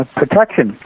protection